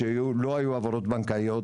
לא היו העברות בנקאיות,